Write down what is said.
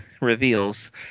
reveals